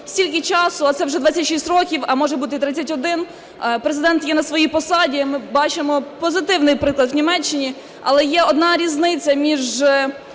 стільки часу, а це вже 26 років, а може бути і 31, Президент є на своїй посаді. Ми бачимо позитивний приклад в Німеччині. Але є одна різниця між